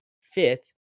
Fifth